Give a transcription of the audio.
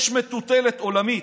יש מטוטלת עולמית.